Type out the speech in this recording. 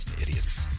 idiots